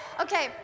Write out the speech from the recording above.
Okay